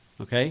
okay